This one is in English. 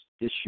issue